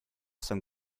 some